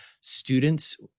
students